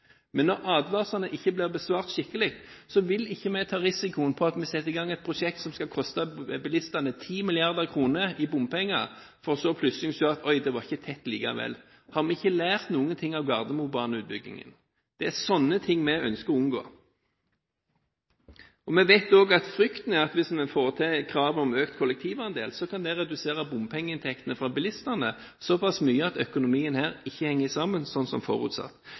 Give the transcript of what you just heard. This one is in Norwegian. Men når advarslene ikke ble besvart skikkelig, vil vi ikke ta risikoen ved å sette i gang et prosjekt som skal koste bilistene 10 mrd. kr i bompenger, for så plutselig å si: Oi, det var ikke tett likevel. Har vi ikke lært noe av Gardemobane-utbyggingen? Det er slike ting vi ønsker å unngå. Vi vet også at frykten er at hvis en får gjennomført kravet om økt kollektivandel, kan det redusere bompengeinntektene fra bilistene såpass mye at økonomien her ikke vil henge sammen som forutsatt.